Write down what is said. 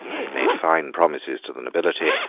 and made fine promises to the nobility,